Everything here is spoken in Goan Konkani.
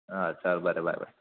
आं चल बरें बाय बाय